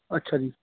ਅੱਛਾ ਜੀ